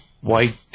white